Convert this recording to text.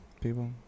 people